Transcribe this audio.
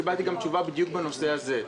קיבלתי תשובה בדיוק בנושא הזה.